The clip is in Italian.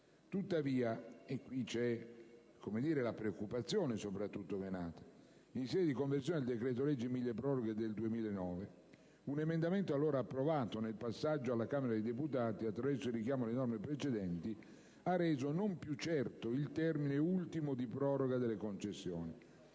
Tuttavia (qui c'è la preoccupazione), in sede di conversione del decreto-legge milleproroghe del 2009, un emendamento allora approvato nel passaggio alla Camera dei deputati, attraverso il richiamo a norme precedenti, ha reso non più certo il termine ultimo di proroga delle concessioni